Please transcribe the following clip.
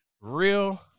real